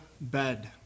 bed